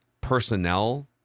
personnel